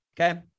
okay